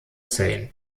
seine